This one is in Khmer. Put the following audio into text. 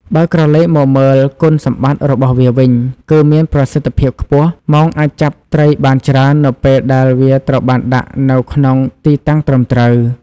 បើក្រឡេកមកមើលគុណសម្បត្តិរបស់វាវិញ គឺមានប្រសិទ្ធភាពខ្ពស់ មងអាចចាប់ត្រីបានច្រើននៅពេលដែលវាត្រូវបានដាក់នៅក្នុងទីតាំងត្រឹមត្រូវ។